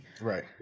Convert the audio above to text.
Right